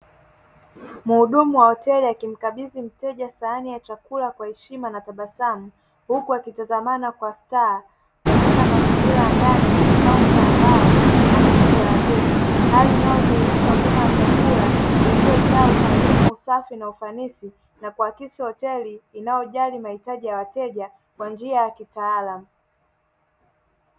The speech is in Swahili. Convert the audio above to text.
Mhudumu wa hoteli akimkabidhi mteja sahani ya chakula kwa heshima na tabasamu huku wakitazamana kwa staha. Katika mazingira ya ndani ni kaunta ya mbao na viti vya wageni hali inayodhihirisha huduma ya chakula iliyojaa ukarimu safi na ufanisi na kuakisi hoteli inayojali mahitaji ya wateja kwa njia ya kitaalamu.